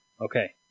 Okay